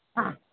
हा